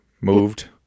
Moved